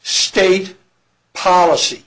state policy